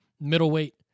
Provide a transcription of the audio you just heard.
middleweight